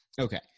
okay